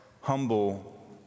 humble